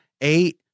eight